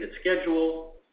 schedule